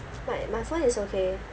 my my phone is okay